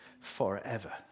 forever